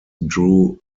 drew